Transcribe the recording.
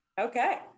Okay